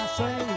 say